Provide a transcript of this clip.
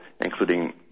including